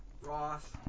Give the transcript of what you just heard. Ross